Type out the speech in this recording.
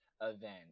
event